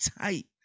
tight